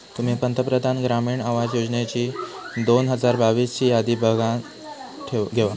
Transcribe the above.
तुम्ही पंतप्रधान ग्रामीण आवास योजनेची दोन हजार बावीस ची यादी बघानं घेवा